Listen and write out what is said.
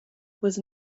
was